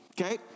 Okay